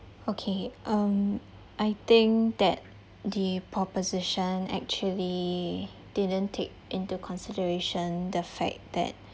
okay um I think that the proposition actually didn't take into consideration the fact that